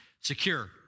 secure